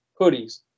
hoodies